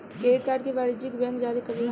credit card के वाणिजयक bank जारी करेला